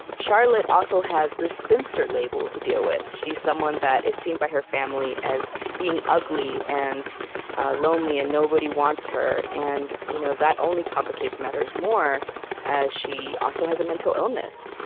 charlotte also has this spinster label to deal with. she's someone that is seen by her family as being ugly and lonely and nobody wants her and you know that only complicates matters more as she also has a mental illness.